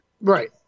Right